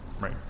Right